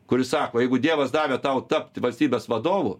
kuris sako jeigu dievas davė tau tapt valstybės vadovu